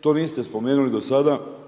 To niste spomenuli do sada